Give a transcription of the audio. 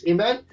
Amen